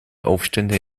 aufstände